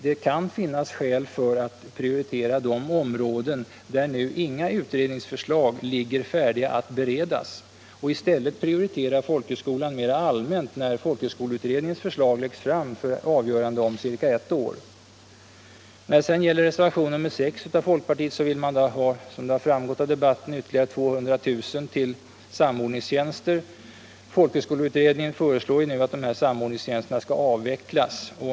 Det kan finnas skäl att prioritera de områden där inga utredningsförslag nu ligger färdiga att beredas, och i stället prioritera folkhögskolan mer allmänt när folkhögskoleutredningens förslag läggs fram för avgörande om ca ett år. I reservationen 6 av folkpartiet vill man ha ytterligare 200 000 kr. till samordningstjänster. Folkhögskoleutredningen föreslår att dessa samordningstjänster skall avvecklas.